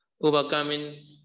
overcoming